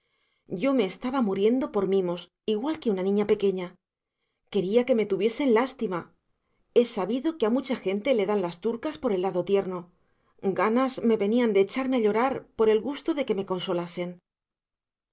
yo me estaba muriendo por mimos igual que una niña pequeña quería que me tuviesen lástima es sabido que a mucha gente le dan las turcas por el lado tierno ganas me venían de echarme a llorar por el gusto de que me consolasen